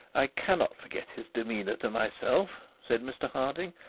i cannot forget his demeanour to myself said mr harding,